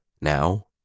Now